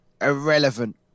Irrelevant